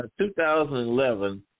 2011